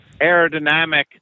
Aerodynamic